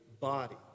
body